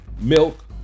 milk